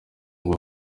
ngo